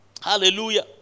Hallelujah